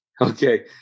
Okay